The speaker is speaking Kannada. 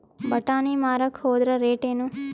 ಬಟಾನಿ ಮಾರಾಕ್ ಹೋದರ ರೇಟೇನು?